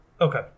okay